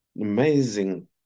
amazing